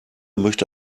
möchte